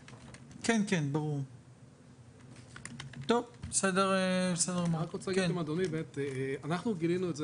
אני רק רוצה לומר לאדוני שאנחנו גילינו את זה